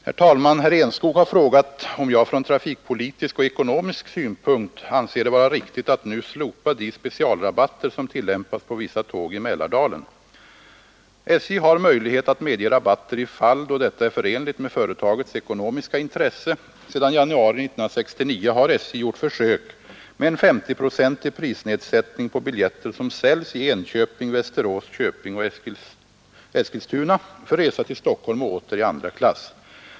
Herr talman! Herr Enskog har frågat om jag från trafikpolitisk och ekonomisk synpunkt anser det vara riktigt att nu slopa de specialrabatter som tillämpas på vissa tåg i Mälardalen. SJ har möjlighet att medge rabatter i fall då detta är förenligt med företagets ekonomiska intresse. Sedan januari 1969 har SJ gjort försök med en 50-procentig prisnedsättning på biljetter som säljs i Enköping, Västerås, Köping och Eskilstuna för resa till Stockholm och åter i andra klass.